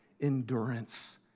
endurance